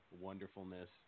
wonderfulness